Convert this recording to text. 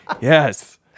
Yes